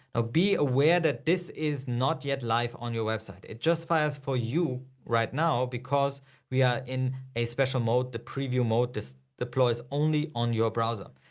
ah be aware that this is not yet live on your website, it just fires for you right now because we are in a special mode. the preview mode, this deploy is only on your browser.